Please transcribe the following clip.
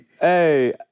Hey